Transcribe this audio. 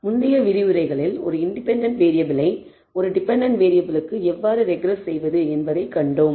முந்தைய விரிவுரைகளில் ஒரு இண்டிபெண்டன்ட் வேறியபிளை ஒரு டிபெண்டன்ட் வேறியபிளுக்கு எவ்வாறு ரெக்ரெஸ் செய்வது என்பதைக் கண்டோம்